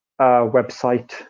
website